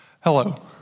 hello